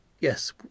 yes